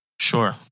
Sure